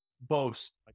boast